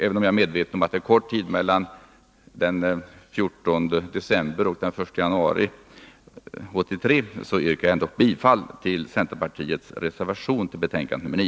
Även om jag är medveten om att det är kort tid mellan den 14 december 1982 och den 1 januari 1983 yrkar jag ändå bifall till centerpartiets reservation vid betänkande 9.